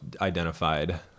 identified